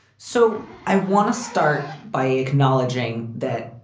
so i want to start by acknowledging that.